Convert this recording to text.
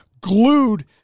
glued